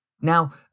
Now